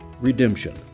Redemption